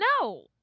No